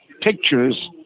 pictures